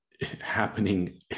happening